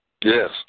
Yes